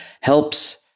helps